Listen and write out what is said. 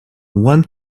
one